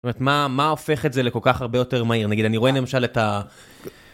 זאת אומרת, מה הופך את זה לכל כך הרבה יותר מהיר? נגיד, אני רואה למשל את ה...